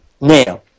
now